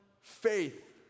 faith